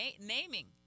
naming